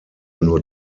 nur